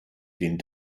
den